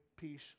peace